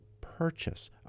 purchase